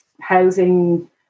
housing